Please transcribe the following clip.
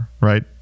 right